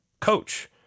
coach